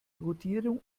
kodierung